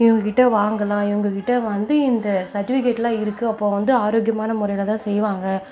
இவங்க கிட்ட வாங்கலாம் இவங்க கிட்ட வந்து இந்த சர்டிபிகேட்லாம் இருக்குது அப்போ வந்து ஆரோக்கியமான முறையில்தான் செய்வாங்க